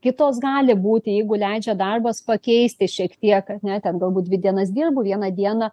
kitos gali būti jeigu leidžia darbas pakeisti šiek tiek ar ne ten galbūt dvi dienas dirbu vieną dieną